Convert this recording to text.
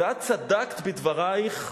ואת צדקת בדברייך,